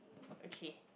okay